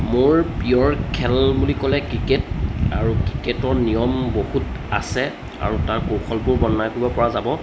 মোৰ প্ৰিয় খেল বুলি ক'লে ক্ৰিকেট আৰু ক্ৰিকেটৰ নিয়ম বহুত আছে আৰু তাৰ কৌশলবোৰ বনাই ক'ব পৰা যাব